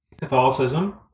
Catholicism